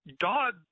God